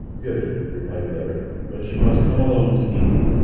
good, replied the other. but you must come alone to meet me,